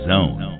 Zone